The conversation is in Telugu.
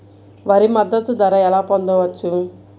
వరి మద్దతు ధర ఎలా పొందవచ్చు?